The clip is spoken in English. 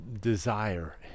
desire